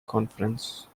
conference